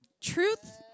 truth